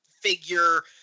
figure